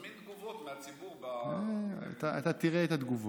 תזמין תגובות מהציבור, אתה תראה את התגובות.